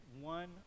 one